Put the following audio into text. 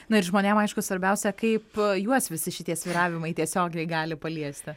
na ir žmonėm aišku svarbiausia kaip juos visi šitie svyravimai tiesiogiai gali paliesti